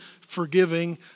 forgiving